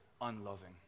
unloving